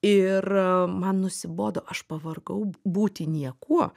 ir man nusibodo aš pavargau būti niekuo